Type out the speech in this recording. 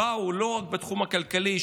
באו לא רק בתחום הכלכלי,